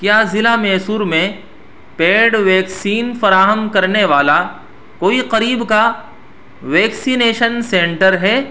کیا ضلع میسور میں پیڈ ویکسین فراہم کرنے والا کوئی قریب کا ویکسینیشن سنٹر ہے